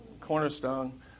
cornerstone